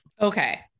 Okay